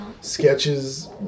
sketches